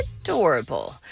adorable